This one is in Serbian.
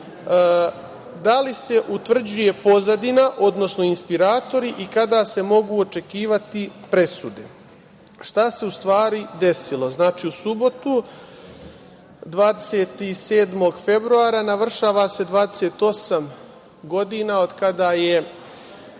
Da li se utvrđuje pozadina, odnosno inspiratori, i kada se mogu očekivati presude? Šta se, u stvari, desilo? Znači, u subotu, 27. februara, navršava se 28 godina od kada je